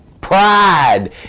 Pride